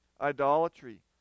idolatry